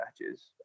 matches